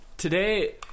Today